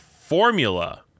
formula